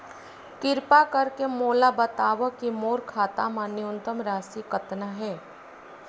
किरपा करके मोला बतावव कि मोर खाता मा न्यूनतम राशि कतना हे